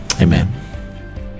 Amen